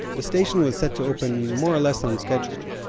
the station was set to open more or less on schedule.